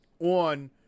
on